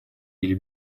или